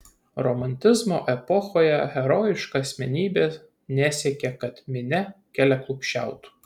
romantizmo epochoje herojiška asmenybė nesiekė kad minia keliaklupsčiautų